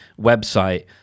website